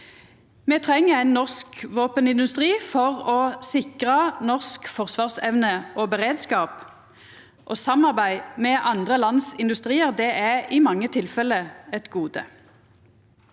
Me treng ein norsk våpenindustri for å sikra norsk forsvarsevne og beredskap, og samarbeid med andre lands industriar er i mange tilfelle eit gode.